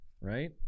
right